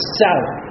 south